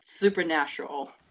supernatural